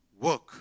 work